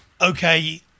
okay